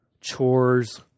chores